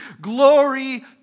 Glory